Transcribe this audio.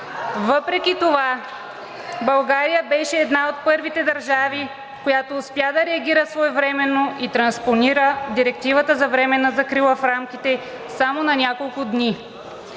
Въпреки това България беше една от първите държави, която успя да реагира своевременно и транспонира Директивата за временна закрила в рамките само на няколко дни.